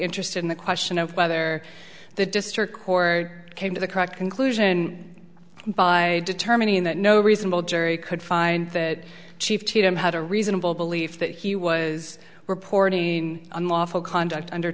interested in the question of whether the district court came to the correct conclusion by determining that no reasonable jury could find that chief tim had a reasonable belief that he was reporting unlawful conduct under